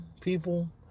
people